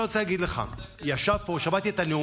אתם תלמדו